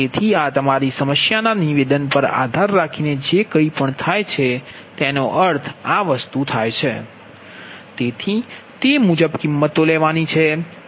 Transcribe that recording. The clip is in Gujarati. તેથી આ તમારી સમસ્યાના નિવેદન પર આધાર રાખીને જે કંઈપણ થાય છે તેનો અર્થ આ થાય છે તેથી તે મુજબ કિંમતો લેવાની છે